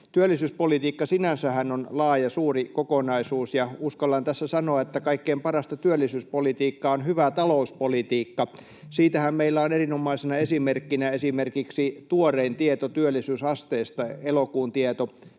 Työllisyyspolitiikka sinänsähän on laaja, suuri kokonaisuus, ja uskallan tässä sanoa, että kaikkein parasta työllisyyspolitiikkaa on hyvä talouspolitiikka. Siitähän meillä on erinomaisena esimerkkinä tuorein tieto työllisyysasteesta, elokuun tieto